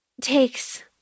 takes